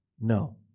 No